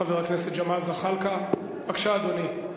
חבר הכנסת ג'מאל זחאלקה, בבקשה, אדוני.